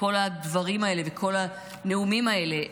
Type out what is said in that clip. וכל הדברים האלה וכל הנאומים האלה,